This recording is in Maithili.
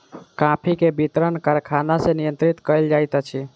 कॉफ़ी के वितरण कारखाना सॅ नियंत्रित कयल जाइत अछि